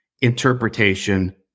interpretation